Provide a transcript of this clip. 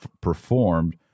performed